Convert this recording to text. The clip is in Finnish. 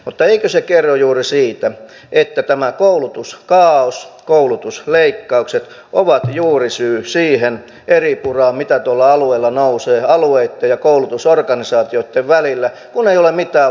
mutta eikö se kerro juuri siitä että tämä koulutuskaaos koulutusleikkaukset ovat juuri syy siihen eripuraan mitä tuolla alueella nousee alueitten ja koulutusorganisaatioitten välillä kun ei ole mitään varmuutta tulevaisuudesta